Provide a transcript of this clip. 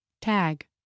Tag